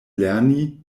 lerni